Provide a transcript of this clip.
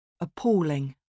Appalling